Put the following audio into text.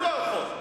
זה סידור טוב.